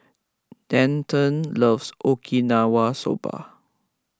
Denton loves Okinawa Soba